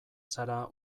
zara